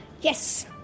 yes